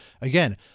again